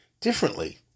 differently